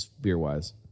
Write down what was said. beer-wise